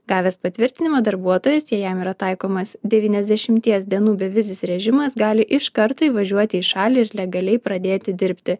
gavęs patvirtinimą darbuotojas jei jam yra taikomas devyniasdešimties dienų bevizis režimas gali iš karto įvažiuoti į šalį ir legaliai pradėti dirbti